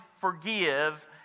forgive